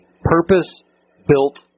purpose-built